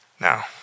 Now